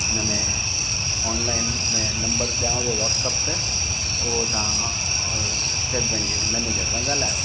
हिन में ऑनलाईन में नम्बर ॾियांव थो वॉट्सप ते उहो तव्हां और स्टेट बैंक जे मेनेजर सां ॻाल्हायो